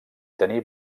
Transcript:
tenir